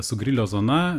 su grilio zona